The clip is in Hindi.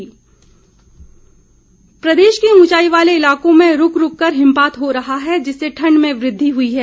मौसम प्रदेश के ऊंचाई वाले इलाकों में रूक रूक कर हिमपात हो रहा है जिससे ठंड में वृद्धि हुई है